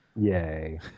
Yay